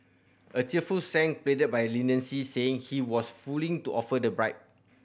a tearful Sang pleaded by leniency saying he was fooling to offer the bribe